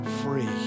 free